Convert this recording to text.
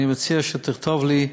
אני מציע שתכתוב לי,